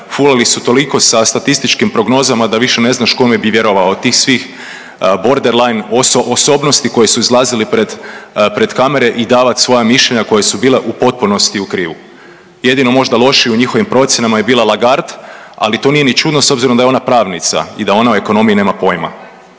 fulali su toliko sa statističkim prognozama da više ne znaš kome bi vjerovao od tih svih borderline osobnosti koje su izlazile pred kamere i davat svoja mišljenja koja su bila u potpunosti u krivu. Jedino možda lošiji u njihovim procjenama je bila Lagarde, ali to nije ni čudno s obzirom da je ona pravnica i da ona o ekonomiji nema pojma.